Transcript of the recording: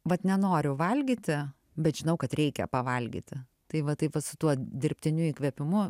vat nenoriu valgyti bet žinau kad reikia pavalgyti tai va taip vat su tuo dirbtiniu įkvėpimu